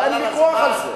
אין ויכוח על זה.